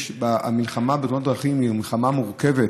המלחמה בתאונות הדרכים היא מלחמה מורכבת.